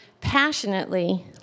passionately